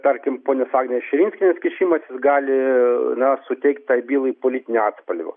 tarkim ponios agnės širinskienės kišimasis gali na suteikt kad bylai politinio atspalvio